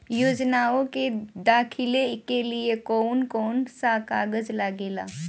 योजनाओ के दाखिले के लिए कौउन कौउन सा कागज लगेला?